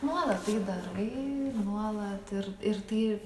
nuolat tai darai ir nuolat ir ir tai